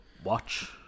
Watch